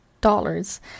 dollars